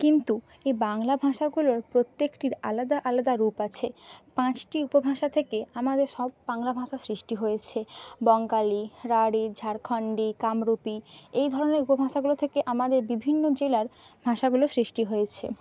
কিন্তু এই বাংলা ভাষাগুলোর প্রত্যেকটির আলাদা আলাদা রূপ আছে পাঁচটি উপভাষা থেকে আমাদের সব বাংলা ভাষার সৃষ্টি হয়েছে বঙ্গালী রাঢ়ী ঝাড়খণ্ডী কামরূপী এই ধরনের উপভাষাগুলো থেকে আমাদের বিভিন্ন জেলার ভাষাগুলোর সৃষ্টি হয়েছে